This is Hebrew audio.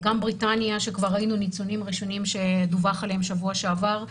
גם בריטניה שכבר ראינו ניצנים ראשונים שדווח עליהם בשבוע שעבר,